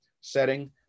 setting